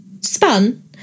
spun